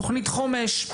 תוכנית חומש,